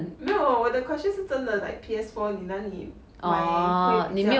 没有我的 question 是真的 like P_S four 你哪里买会比较